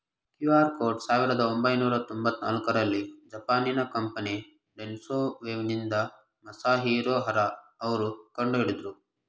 QR code ಸಾವಿರದ ಒಂಬೈನೂರ ತೊಂಬತ್ತ ನಾಲ್ಕುರಲ್ಲಿ ಜಪಾನಿನ ಕಂಪನಿ ಡೆನ್ಸೊ ವೇವ್ನಿಂದ ಮಸಾಹಿರೊ ಹರಾ ಅವ್ರು ಕಂಡುಹಿಡಿದ್ರು